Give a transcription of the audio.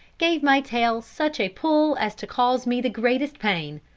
gave my tail such a pull as to cause me the greatest pain.